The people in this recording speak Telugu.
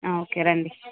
ఓకే రండి